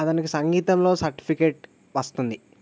అతనికి సంగీతంలో సర్టిఫికెట్ వస్తుంది